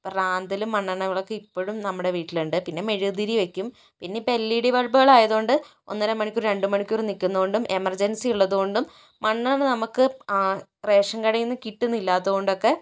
റാന്തലും മണ്ണെണ്ണ വിളക്കും ഇപ്പഴും നമ്മുടെ വീട്ടിലുണ്ട് പിന്നെ മെഴുകുതിരി വെക്കും ഇനി ഇപ്പോൾ എൽ ഇ ഡി ബൾബുകൾ ആയതുകൊണ്ട് ഒന്നരമണിക്കൂർ രണ്ടുമണിക്കൂർ നിൽക്കുന്നതുകൊണ്ടും എമർജൻസി ഉള്ളതുകൊണ്ടും മണ്ണെണ്ണ നമുക്ക് റേഷൻ കടയിൽ നിന്ന് കിട്ടുന്നില്ലാത്തത് കൊണ്ടും ഒക്കെ